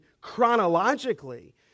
chronologically